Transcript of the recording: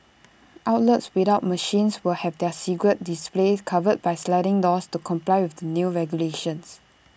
outlets without machines will have their cigarette displays covered by sliding doors to comply with the new regulations